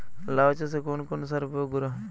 লাউ চাষে কোন কোন সার প্রয়োগ করা হয়?